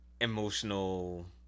emotional